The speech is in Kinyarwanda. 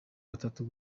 batatu